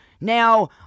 Now